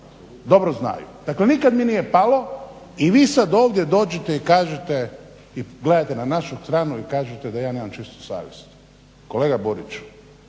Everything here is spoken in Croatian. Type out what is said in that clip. dobro znaju. Dakle, nikad mi nije palo i vi sad ovdje dođete i kažete i gledate na našu stranu i kažete da ja nemam čistu savjest. Kolega Buriću,